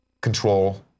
control